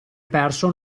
perso